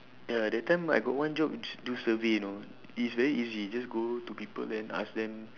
ya that time I got one job d~ do survey you know is very easy just go to people then ask them